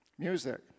music